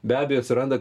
be abejo atsiranda